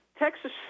Texas